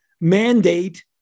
mandate